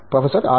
professor R